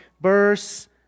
verse